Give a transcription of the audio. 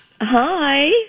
Hi